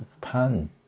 pan